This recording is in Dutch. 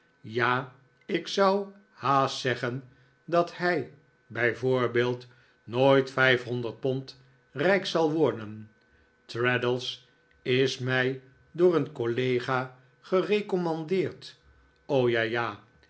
ja ik zou haast zeggen dat hij bij voorbeeld nooit vijfhonderd pond rijk zal worden traddles is mij door een collega gerecommandeerd o ja ja